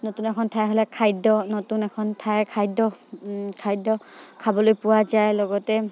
নতুন এখন ঠাই হ'লে খাদ্য নতুন এখন ঠাইৰ খাদ্য খাদ্য খাবলৈ পোৱা যায় লগতে